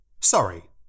Sorry